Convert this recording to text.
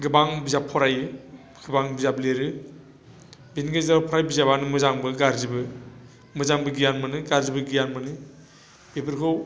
गोबां बिजाब फरायो गोबां बिजाब लिरो बेनि गेजेरावनो फ्राय बिजाबानो मोजांबो गाज्रिबो मोजांबो गियान मोनो गाज्रिबो गियान मोनो बेफोरखौ